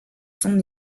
son